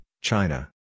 China